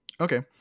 Okay